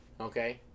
okay